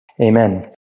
Amen